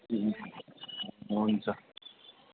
हुन्छ